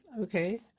okay